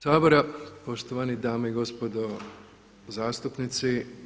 Sabora, poštovani dame i gospodo zastupnici.